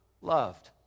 loved